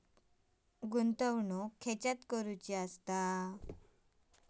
गुंतवणुक खेतुर करूची?